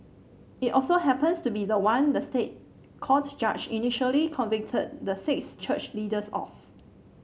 it also happens to be the one the State Court judge initially convicted the six church leaders of